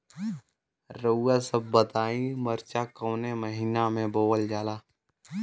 रउआ सभ बताई मरचा कवने महीना में बोवल जाला?